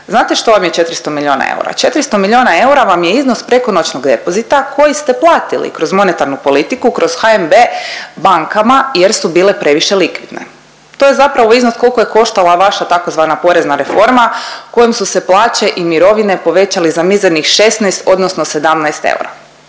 znate što vam je 400 milijuna eura? 400 milijuna eura vam je iznos prekonoćnog depozita koji ste platili kroz monetarnu politiku, kroz HNB bankama jer su bile previše likvidne. To je zapravo iznos koliko je koštala vaša tzv. porezna reforma kojom su se plaće i mirovine povećale za mizernih 16 odnosno 17 eura.